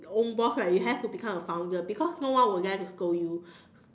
own boss right you have to become a founder because no one will dare to scold you